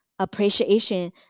Appreciation